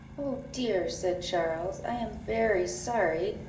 oh dear, said charles, i am very sorry,